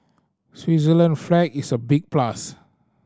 Switzerland flag is a big plus